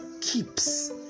keeps